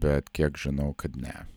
bet kiek žinau kad ne